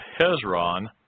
Hezron